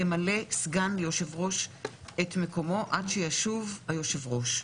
ימלא סגן ליושב-ראש את מקומו עד שישוב היושב-ראש.